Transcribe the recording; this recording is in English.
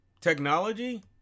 technology